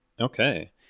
Okay